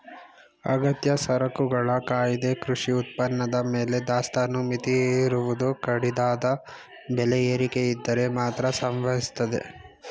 ಅಗತ್ಯ ಸರಕುಗಳ ಕಾಯ್ದೆ ಕೃಷಿ ಉತ್ಪನ್ನದ ಮೇಲೆ ದಾಸ್ತಾನು ಮಿತಿ ಹೇರುವುದು ಕಡಿದಾದ ಬೆಲೆ ಏರಿಕೆಯಿದ್ದರೆ ಮಾತ್ರ ಸಂಭವಿಸ್ತದೆ